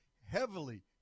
heavily